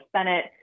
Senate